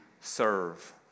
serve